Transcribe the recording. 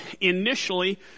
initially